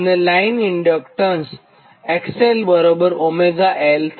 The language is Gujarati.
લાઇન ઇન્ડક્ટન્સ XLωL થાય